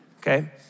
Okay